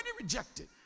rejected